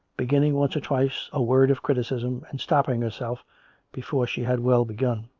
beginning once or twice a word of criticism, and stopping herself before she had well begun.